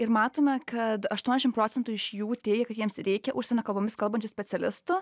ir matome kad aštuoniasdešim procentų iš jų teigia kad jiems reikia užsienio kalbomis kalbančių specialistų